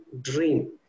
dream